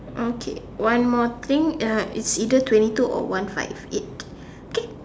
okay one more thing uh it's either twenty two or one five eight K